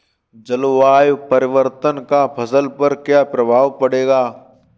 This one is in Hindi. जलवायु परिवर्तन का फसल पर क्या प्रभाव पड़ेगा?